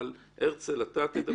אבל הרצל חג'אג', אתה תדבר?